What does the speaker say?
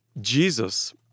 Jesus